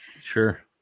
Sure